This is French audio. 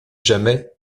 jamais